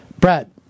Brad